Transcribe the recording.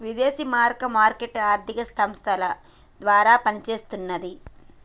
విదేశీ మారక మార్కెట్ ఆర్థిక సంస్థల ద్వారా పనిచేస్తన్నది